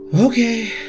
Okay